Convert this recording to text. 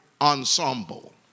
ensemble